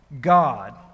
God